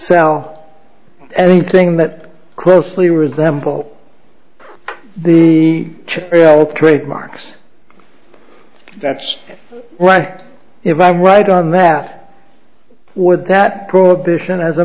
sell anything that closely resemble the trademarks that's right if i'm right on that would that prohibition as a